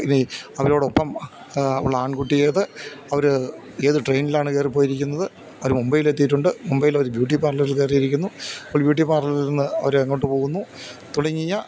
ഇനി അവരോടൊപ്പം ഉള്ള ആൺകുട്ടിയേത് അവര് ഏത് ട്രെയിനിലാണ് കയറിപ്പോയിരിക്കുന്നത് അവര് മുംബൈയിൽ എത്തിയിട്ടുണ്ട് മുംബൈയിൽ അവര് ബ്യൂട്ടി പാർലറിൽ കയറിയിരിക്കുന്നു ഒരു ബ്യൂട്ടി പാർലറിൽ നിന്ന് അവരെങ്ങോട്ട് പോകുന്നു തുടങ്ങിയ